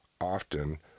often